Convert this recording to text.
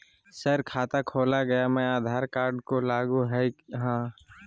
Sir खाता खोला गया मैं आधार कार्ड को लागू है हां?